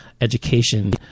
education